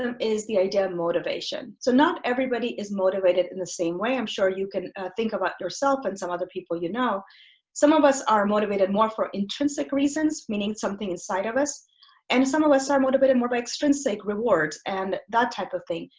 um is the idea of motivation. so not everybody is motivated in the same way i'm sure you can think about yourself and some other people you know some of us are motivated more for intrinsic reasons meaning something inside of us and some of us are motivated more by extrinsic rewards and that type of thing.